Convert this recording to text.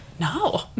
No